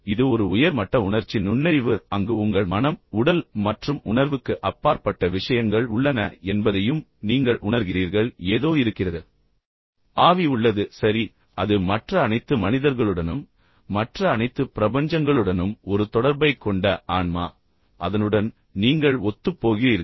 இது ஒரு உயர் மட்ட உணர்ச்சி நுண்ணறிவு அங்கு உங்கள் மனம் உடல் மற்றும் உணர்வுக்கு அப்பாற்பட்ட விஷயங்கள் உள்ளன என்பதையும் நீங்கள் உணர்கிறீர்கள் ஏதோ இருக்கிறது ஆவி உள்ளது சரி அது மற்ற அனைத்து மனிதர்களுடனும் மற்ற அனைத்து பிரபஞ்சங்களுடனும் ஒரு தொடர்பைக் கொண்ட ஆன்மா அதனுடன் நீங்கள் ஒத்துப்போகிறீர்கள்